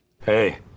Hey